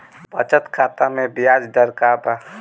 बचत खाता मे ब्याज दर का बा?